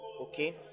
Okay